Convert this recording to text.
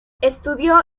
estudió